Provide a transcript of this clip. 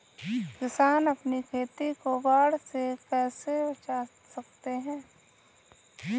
किसान अपनी खेती को बाढ़ से कैसे बचा सकते हैं?